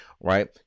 right